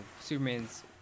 Superman's